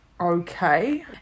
Okay